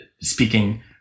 speaking